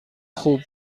خوب